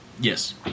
yes